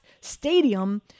stadium